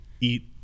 eat